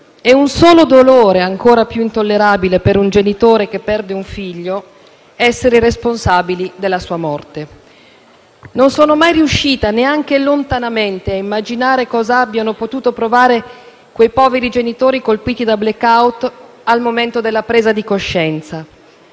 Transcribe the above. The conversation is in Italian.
E un solo dolore è ancora più intollerabile, per un genitore che perde un figlio: essere responsabile della sua morte. Non sono mai riuscita, neanche lontanamente, a immaginare cosa abbiano potuto provare quei poveri genitori colpiti da *blackout* al momento della presa di coscienza;